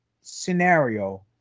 scenario